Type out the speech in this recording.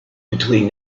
between